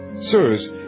Sirs